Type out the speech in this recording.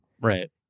Right